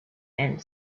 and